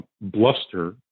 bluster